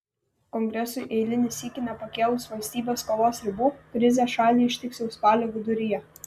kongresui eilinį sykį nepakėlus valstybės skolos ribų krizė šalį ištiks jau spalio viduryje